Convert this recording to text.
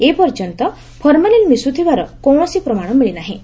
ଏ ପର୍ଯ୍ୟନ୍ତ ଫର୍ମାଲିନ୍ ମିଶୁଥିବାର କୌଣସି ପ୍ରମାଶ ମିଳି ନାହିଁ